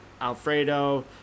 Alfredo